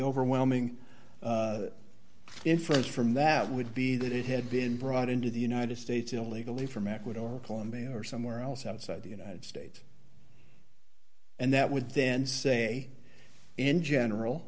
overwhelming inference from that would be that it had been brought into the united states illegally from ecuador colombia or somewhere else outside the united states and that would then say in general